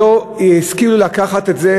שלא השכילו לקחת את זה,